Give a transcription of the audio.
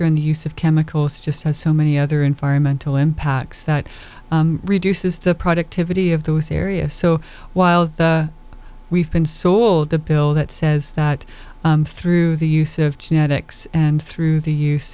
in the use of chemicals just has so many other environmental impacts that reduces the productivity of those areas so while we've been sold a bill that says that through the use of genetics and through the use